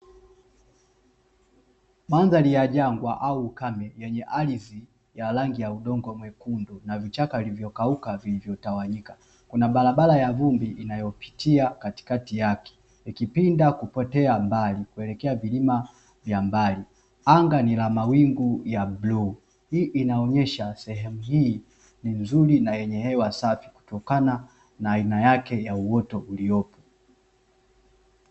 Mandhari ya jangwa au ukame yenye ardhi ya rangi ya udongo mwekundu na vichaka viliyokauka vilivyotawanyika. Kuna barabara ya vumbi inayopitia katikati yake, ikipinda kupotea mbali kuelekea vilima vya mbali. Anga ni la mawingu ya bluu. Hii inaonyesha sehemu hii ni nzuri na yenye hewa safi kutokana na ainayake ya uoto uliopo.